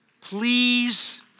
please